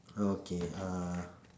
okay uh